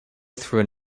through